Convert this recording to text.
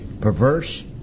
perverse